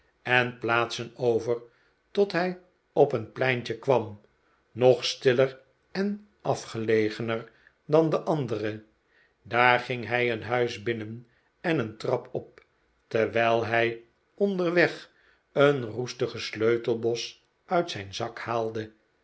en plaatsen over tot hij op een pleintje kwam nog stiller en afgelegener dan de andere daar ging hij een huis binnen en een trap op terwijl hij onderweg een roestigen sleutelbos uit zijn zak haalde